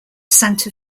santa